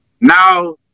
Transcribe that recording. now